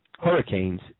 hurricanes